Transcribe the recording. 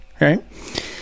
right